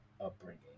upbringing